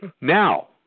Now